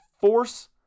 force